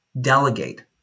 delegate